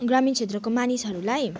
ग्रामीण क्षेत्रको मानिसहरूलाई